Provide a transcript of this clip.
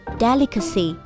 delicacy